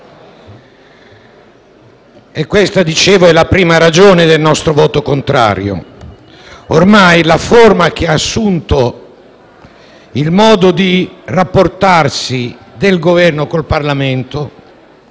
Questa, dicevo, è la prima ragione del nostro voto contrario. Ormai la forma che ha assunto il modo di rapportarsi del Governo con il Parlamento